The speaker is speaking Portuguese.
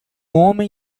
homem